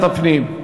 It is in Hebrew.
הפנים.